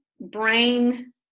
brain